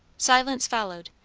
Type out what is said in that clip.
silence followed,